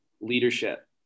leadership